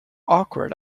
awkward